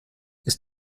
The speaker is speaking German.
ist